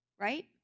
right